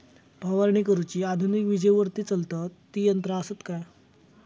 फवारणी करुची आधुनिक विजेवरती चलतत ती यंत्रा आसत काय?